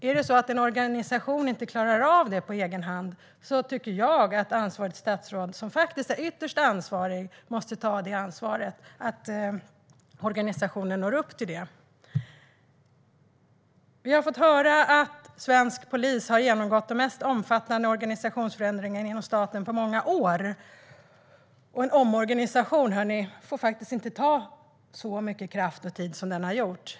Är det så att en organisation inte klarar av det på egen hand tycker jag att det statsråd som är ytterst ansvarig måste ta det ansvaret och se till att organisationen når upp till det. Vi har fått höra att svensk polis har genomgått den mest omfattande organisationsförändringen inom staten på många år. En omorganisation får inte ta så mycket kraft och tid som denna har gjort.